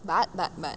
but but but